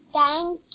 thank